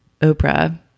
Oprah